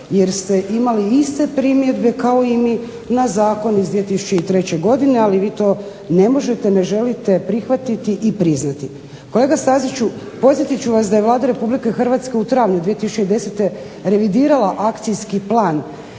jer ste imali iste primjedbe na zakon iz 2003. godine, ali vi to ne možete, ne želite prihvatiti i priznati. Kolega Staziću, podsjetit ću vas da je Vlada Republike Hrvatske u travnju 2010. revidirala akcijski plan